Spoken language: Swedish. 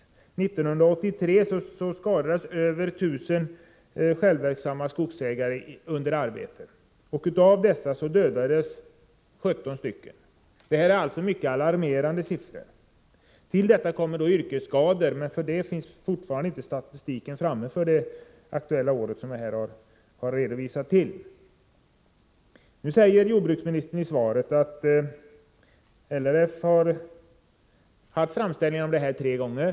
1983 skadades över 1000 självverksamma skogsägare under arbetet. Av dessa dödades 17. Det är mycket alarmerande siffror. Till detta kommer yrkesskadorna, men för dem finns det fortfarande ingen statistik framtagen för det år som jag redovisat. Nu säger jordbruksministern i svaret att LRF har hemställt om medel för ett trygghetspaket tre gånger.